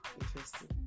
Interesting